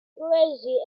crazy